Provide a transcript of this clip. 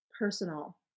personal